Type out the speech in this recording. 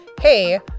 hey